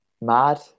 mad